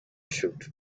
truth